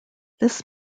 this